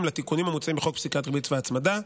לתיקונים המוצעים בחוק פסיקת ריבית והצמדה.